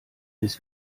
bis